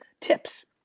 tips